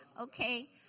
okay